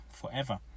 forever